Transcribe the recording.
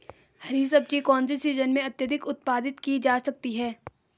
हरी सब्जी कौन से सीजन में अत्यधिक उत्पादित की जा सकती है?